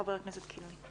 חבר הכנסת קינלי.